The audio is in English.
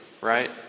right